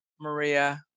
Maria